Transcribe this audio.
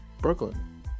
Brooklyn